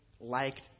liked